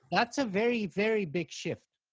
that's a very, very big shift.